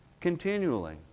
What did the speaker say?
continually